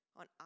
on